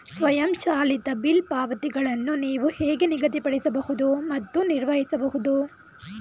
ಸ್ವಯಂಚಾಲಿತ ಬಿಲ್ ಪಾವತಿಗಳನ್ನು ನೀವು ಹೇಗೆ ನಿಗದಿಪಡಿಸಬಹುದು ಮತ್ತು ನಿರ್ವಹಿಸಬಹುದು?